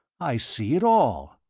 i see it all.